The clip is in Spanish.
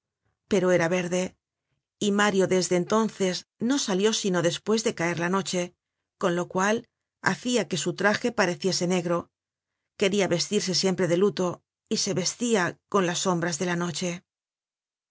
pero era verde y mario desde entonces no salió sino despues de caer la noche con lo cual hacia que su traje pareciese negro queria vestirse siempre de luto y se vestia con las sombras de la noche